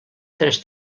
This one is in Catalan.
tres